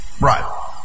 Right